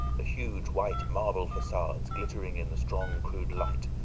the huge white marble facades glittering in the strong, crude light,